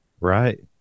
Right